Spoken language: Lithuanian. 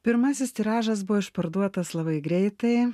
pirmasis tiražas buvo išparduotas labai greitai